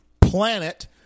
planet